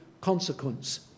consequence